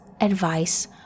advice